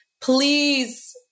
please